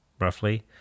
roughly